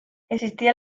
existía